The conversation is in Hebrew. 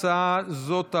התשפ"ב 2021,